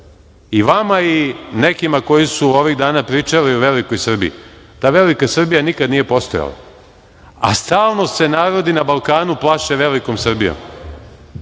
I vama i nekima koji su ovih dana pričali o velikoj Srbiji, ta velika Srbija nikad nije postojala, a stalno se narodi na Balkanu plaše velikom Srbijom.